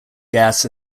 gas